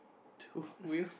two wheel